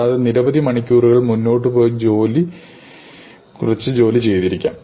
കൂടാതെ നിരവധി മണിക്കൂറുകൾ മുന്നോട്ട് പോയി കുറച്ച് ജോലി ചെയ്തിരിക്കാം